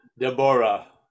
Deborah